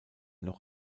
noch